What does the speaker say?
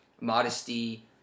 modesty